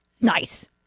Nice